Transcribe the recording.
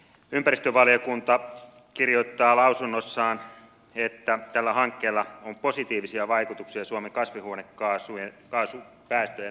ympäristövaliokunta kirjoittaa lausunnossaan että tällä hankkeella on positiivisia vaikutuksia suomen kasvihuonekaasupäästöjen osalta